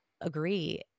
agree